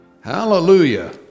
Hallelujah